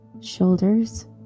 shoulders